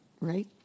right